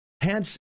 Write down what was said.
hence